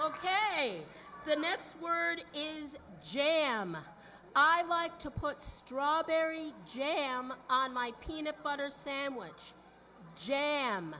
ok the next word is jamma i like to put strawberry jam on my peanut butter sandwich jam